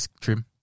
trim